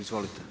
Izvolite.